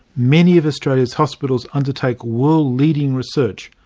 many of australia's hospitals undertake world-leading research,